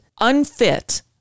Unfit